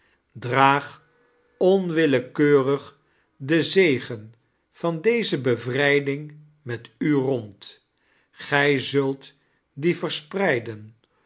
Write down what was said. draag charles dickens onwillekeurig den zegen van deze bevrgding met u rond gij zult dien verspreiden